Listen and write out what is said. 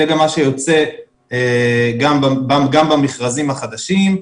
זה גם מה שיוצא במכרזים החדשים,